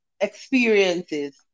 experiences